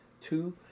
Two